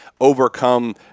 overcome